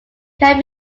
can